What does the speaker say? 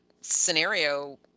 scenario